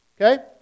Okay